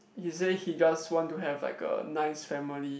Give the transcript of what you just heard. he say he just want to have like a nice family